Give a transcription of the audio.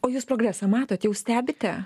o jūs progresą matot jau stebite